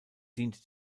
diente